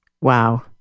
Wow